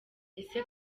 ese